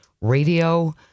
radio